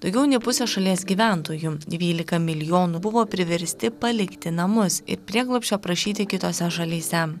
daugiau nei pusė šalies gyventojų dvylika milijonų buvo priversti palikti namus ir prieglobsčio prašyti kitose šalyse